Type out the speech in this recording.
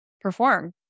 perform